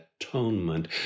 atonement